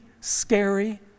scary